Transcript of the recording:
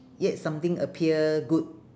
yet something appear good